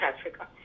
Africa